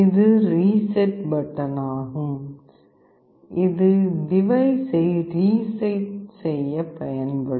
இது ரீசெட் பொத்தானாகும் இது டிவைஸை ரீசெட் செய்ய பயன்படும்